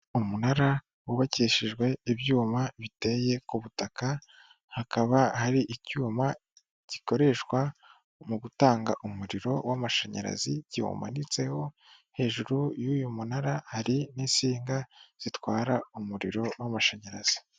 Umunara wubakishijwe ibyuma biteye ku butaka hakaba hari icyuma gikoreshwa mu gutanga umuriro w'amashanyarazi kiwumanitseho. Hejuru y'uyu munara hari n'insinga zitwara umuriro w'amashanyarazi.